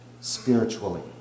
spiritually